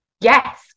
yes